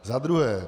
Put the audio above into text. Za druhé.